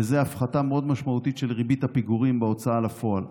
הפחתה משמעותית מאוד של ריבית הפיגורים בהוצאה לפועל.